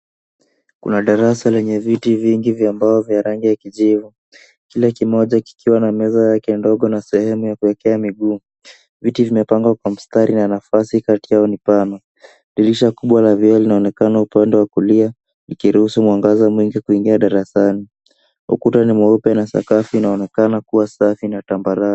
Kuna darasa lenye viti vingi vya mbao vya rangi ya kijivu. Kila kimoja kikiwa na meza yake ndogo na sehemu ya kuekea miguu. Viti vimepangwa kwa mstari na nafasi kati yao ni pana. Dirisha kubwa la vioo linaonekana upande wa kulia, likiruhusu mwangaza mwingi kuingia darasani. Ukuta ni mweupe na sakafu inaonekana kua safi na tambarare.